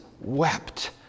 wept